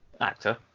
actor